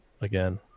again